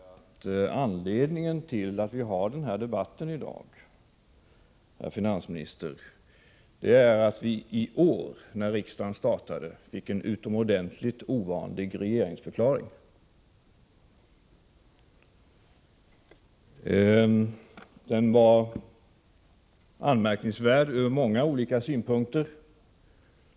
Herr talman! Anledningen till att vi har denna debatt i dag, herr finansminister, är att regeringen när riksmötet startade i år avgav en utomordentligt ovanlig regeringsförklaring. Den var anmärkningsvärd ur många olika synvinklar.